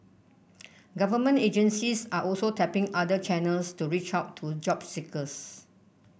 government agencies are also tapping other channels to reach out to a job seekers